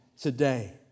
today